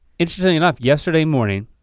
interestingly enough, yesterday morning,